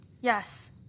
Yes